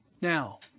Now